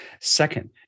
Second